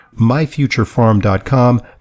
myfuturefarm.com